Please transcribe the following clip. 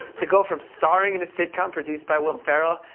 to go from starring in a sitcom produced by will ferrell,